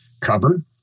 Cupboard